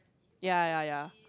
ya ya ya